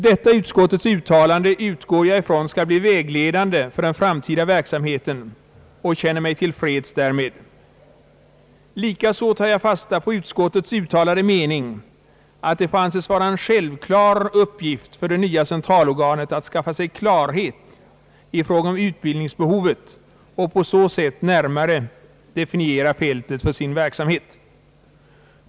Detta utskottets uttalande utgår jag ifrån skall bli vägledande för den framtida verksamheten, och jag känner mig till freds därmed. Likaså tar jag fasta på utskottets uttalade mening att det får anses vara en självklar uppgift för det nya centralorganet att skaffa sig klarhet i fråga om utbildningsbehovet och på så sätt närmare definiera fältet för sin verksamhet.